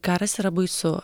karas yra baisu